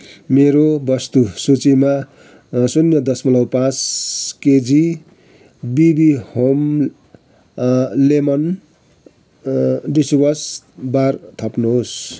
मेरो वस्तु सूचीमा शून्य दशमलव पाचँ K G B B home lemon dishwash bar थप्नुहोस्